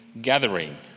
gathering